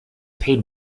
paid